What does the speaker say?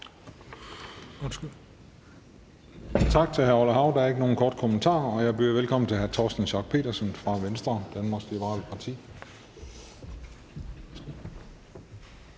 Tak til hr. Orla Hav. Der er ikke nogen korte bemærkninger. Jeg byder velkommen til hr. Torsten Schack Pedersen fra Venstre, Danmarks liberale parti.